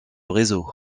réseau